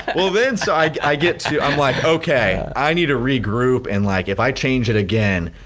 well then so i get to, i'm like okay, i need to regroup and like if i change it again,